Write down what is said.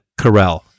Carell